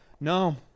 No